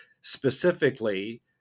specifically